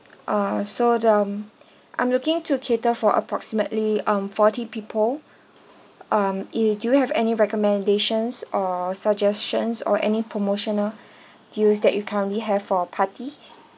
uh so the um I'm looking to cater for approximately um forty people um eh do you have any recommendations or suggestions or any promotional deals that you currently have for parties